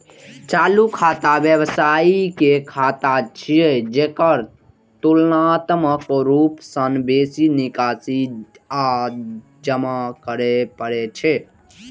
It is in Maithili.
चालू खाता व्यवसायी के खाता छियै, जेकरा तुलनात्मक रूप सं बेसी निकासी आ जमा करै पड़ै छै